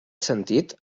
sentit